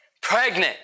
Pregnant